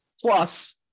Plus